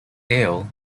ill